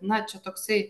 na čia toksai